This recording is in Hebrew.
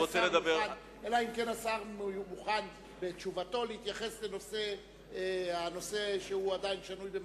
אלא אם כן השר מוכן בתשובתו להתייחס לנושא שהוא עדיין שנוי במחלוקת.